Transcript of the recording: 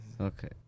Okay